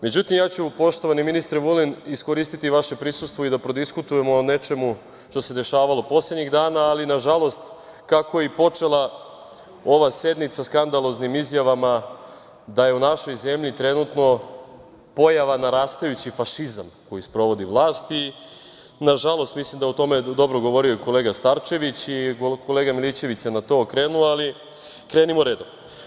Međutim, ja ću, poštovani ministre Vulin, iskoristiti vaše prisustvo i da prodiskutujemo o nečemu što se dešavalo poslednjih dana, ali nažalost kako je i počela ova sednica skandaloznim izjavama da je u našoj zemlji trenutno pojava narastajući fašizam koji sprovodi vlast i nažalost, mislim da je o tome dobro govorio i kolega Starčević i kolega Milićević se na to okrenuo, ali krenimo redom.